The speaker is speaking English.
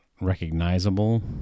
recognizable